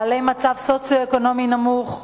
בעלי מצב סוציו-אקונומי נמוך,